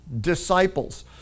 disciples